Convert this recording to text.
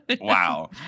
Wow